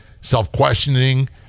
self-questioning